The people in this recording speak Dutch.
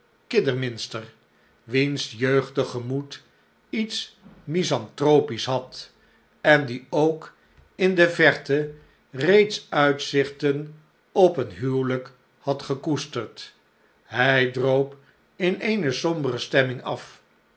kidderminster wiens jeugdig gemoed iets misanthropisch had en die ook in de verte reeds uitzichten op een huwelijk had gekoesterd hij droop in eene som bere stemming af